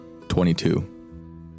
22